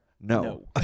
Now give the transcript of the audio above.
No